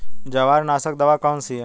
जवार नाशक दवा कौन सी है?